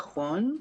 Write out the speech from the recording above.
נכון.